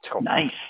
Nice